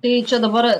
tai čia dabar